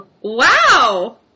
Wow